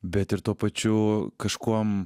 bet ir tuo pačiu kažkuom